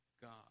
God